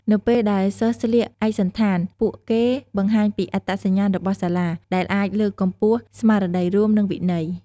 នៅពេលដែលសិស្សស្លៀកឯកសណ្ឋាន ពួកគេបង្ហាញពីអត្តសញ្ញាណរបស់សាលា ដែលអាចលើកកម្ពស់ស្មារតីរួម និងវិន័យ។